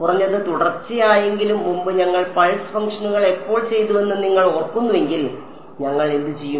കുറഞ്ഞത് തുടർച്ചയായെങ്കിലും മുമ്പ് ഞങ്ങൾ പൾസ് ഫംഗ്ഷനുകൾ എപ്പോൾ ചെയ്തുവെന്ന് നിങ്ങൾ ഓർക്കുന്നുവെങ്കിൽ ഞങ്ങൾ എന്ത് ചെയ്യും